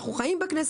אנחנו חיים בכנסת,